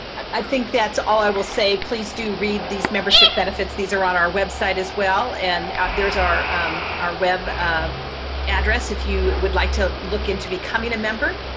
i think that's all i will say. please do read these membership benefits. these are on our website as well and there's our um our web address if you would like to look into becoming a member,